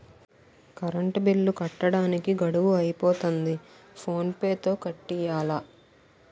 current bill కట్టడానికి గడువు అయిపోతంది ఫోన్ పే తో కట్టియ్యాల